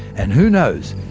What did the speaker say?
and who knows,